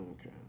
Okay